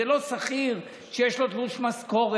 זה לא שכיר שיש לו תלוש משכורת,